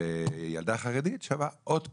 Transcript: וילדה חרדית שווה עוד פחות.